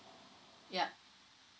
yup